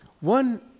one